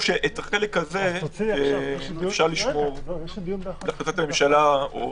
או את החלק הזה אפשר לשמור להחלטת הממשלה או